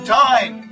time